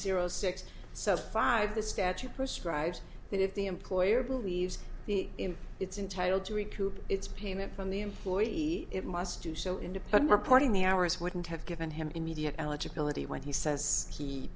zero six so five the statute prescribes that if the employer believes it's entitle to recoup its payment from the employee it must do so independent reporting the hours wouldn't have given him immediate eligibility when he says he